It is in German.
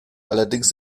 allerdings